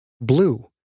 Blue